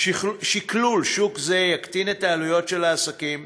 שכלול שוק זה יקטין את העלויות של העסקים